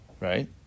right